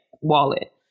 wallet